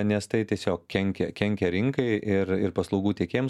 nes tai tiesiog kenkia kenkia rinkai ir ir paslaugų tiekėjams